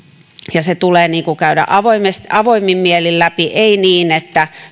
ja se tulee käydä avoimin mielin läpi ei niin että